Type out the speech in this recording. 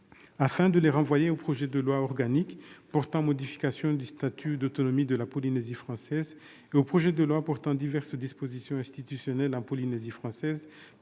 afin de les renvoyer au projet de loi organique portant modification du statut d'autonomie de la Polynésie française et au projet de loi portant diverses dispositions institutionnelles en Polynésie française,